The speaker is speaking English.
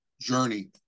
journey